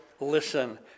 listen